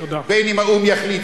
בין אם האו"ם יחליט,